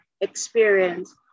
experience